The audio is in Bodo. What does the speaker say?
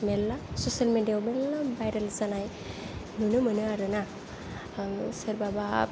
मेरला ससेल मिडियायाव मेरला बायरेल जानाय नुनो मोनो आरोना आङो सोरबाबा